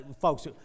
folks